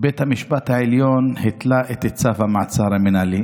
בית המשפט העליון התלה את צו המעצר המינהלי.